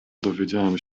dowiedziałem